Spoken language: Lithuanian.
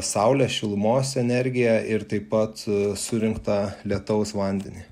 saulės šilumos energiją ir taip pat surinktą lietaus vandenį